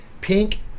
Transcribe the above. Pink